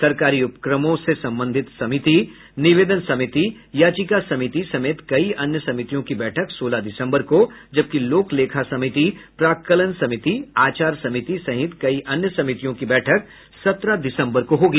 सरकारी उपक्रमों संबंधी समिति निवेदन समिति याचिका समिति समेत कई अन्य समितियों की बैठक सोलह दिसम्बर को जबकि लोक लेखा समिति प्राक्कलन समिति आचार समिति सहित कई अन्य समितियों की बैठक सत्रह दिसम्बर को होगी